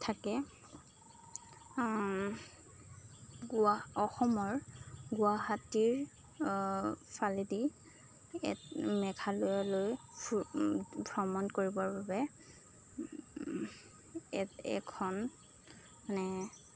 থাকে গুৱা অসমৰ গুৱাহাটীৰ ফালেদি মেঘালয়লৈ ভ্ৰমণ কৰিবৰ বাবে এখন মানে